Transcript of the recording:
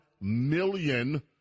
million